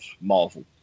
Marvel